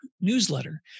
newsletter